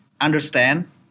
understand